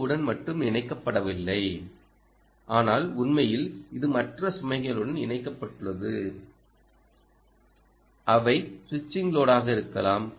ஓவுடன் மட்டும் இணைக்கப்படவில்லை ஆனால் உண்மையில் இது மற்ற சுமைகளுடனும் இணைக்கப்பட்டுள்ளது அவை ஸ்விட்சிங் லோடாக இருக்கலாம்